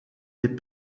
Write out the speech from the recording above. les